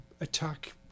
attack